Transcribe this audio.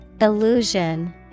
Illusion